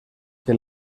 que